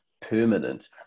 permanent